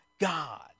God